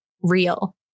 real